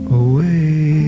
away